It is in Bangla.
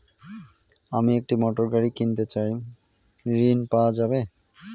আমি একটি মোটরগাড়ি কিনতে চাই ঝণ পাওয়া যাবে?